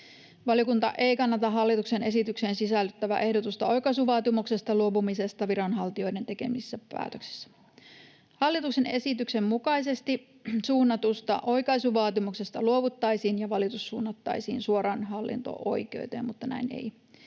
Valiokunta ei kannata hallituksen esitykseen sisältyvää ehdotusta oikaisuvaatimuksesta luopumisesta viranhaltijoiden tekemissä päätöksissä. Hallituksen esityksen mukaisesti suunnatusta oikaisuvaatimuksesta luovuttaisiin ja valitus suunnattaisiin suoraan hallinto-oikeuteen, mutta näin ei